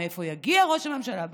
מאיפה יגיע ראש הממשלה הבא,